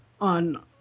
on